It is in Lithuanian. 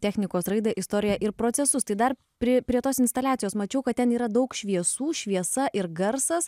technikos raidą istoriją ir procesus tai dar pri prie tos instaliacijos mačiau kad ten yra daug šviesų šviesa ir garsas